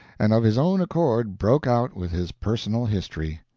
and of his own accord broke out with his personal history.